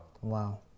Wow